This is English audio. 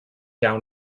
down